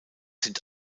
sind